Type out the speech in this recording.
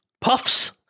Puffs